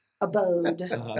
abode